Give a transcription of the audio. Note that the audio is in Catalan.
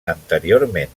anteriorment